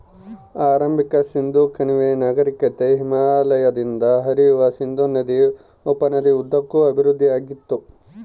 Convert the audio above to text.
ಆರಂಭಿಕ ಸಿಂಧೂ ಕಣಿವೆ ನಾಗರಿಕತೆ ಹಿಮಾಲಯದಿಂದ ಹರಿಯುವ ಸಿಂಧೂ ನದಿ ಉಪನದಿ ಉದ್ದಕ್ಕೂ ಅಭಿವೃದ್ಧಿಆಗಿತ್ತು